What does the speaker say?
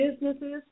Businesses